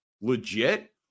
legit